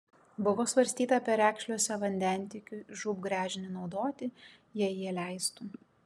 buvo svarstyta perekšliuose vandentiekiui žūb gręžinį naudoti jei jie leistų